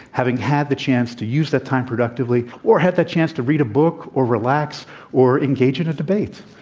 having had the chance to use that time productively or had the chance to read a book or relax or engage in a debate.